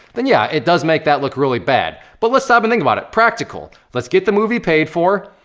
then yeah, it does make that look really bad. but let's stop and think about it. practical let's get the movie paid for,